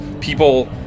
people